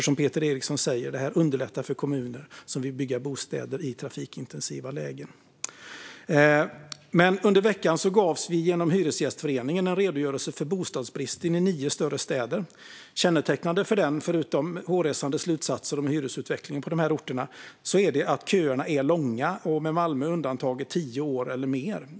Som Peter Eriksson säger underlättar detta för kommuner som vill bygga bostäder i trafikintensiva lägen. Under veckan gavs vi genom Hyresgästföreningen en redogörelse för bostadsbristen i nio större städer. Kännetecknande för den, förutom hårresande slutsatser om hyresutvecklingen på dessa orter, är att köerna är långa. Med undantag för Malmö är kötiderna tio år eller mer.